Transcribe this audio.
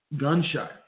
gunshot